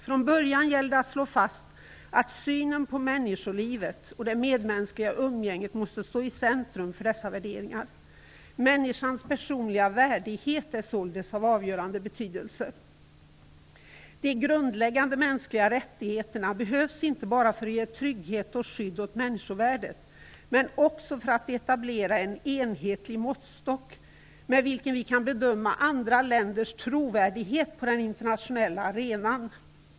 Från början gäller det att slå fast att synen på människolivet och det medmänskliga umgänget måste stå i centrum för dessa värderingar. Människans personliga värdighet är således av avgörande betydelse. De grundläggande mänskliga rättigheterna behövs inte bara för att ge trygghet och skydd åt människovärdet utan också för att etablera en enhetlig måttstock med vilken vi kan bedöma andra länders trovärdighet på den internationella arenan.